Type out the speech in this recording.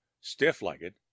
Stiff-legged